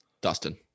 dustin